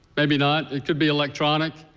maybe not. it could be electronic.